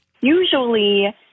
Usually